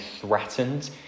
threatened